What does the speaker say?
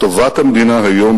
טובת המדינה היום,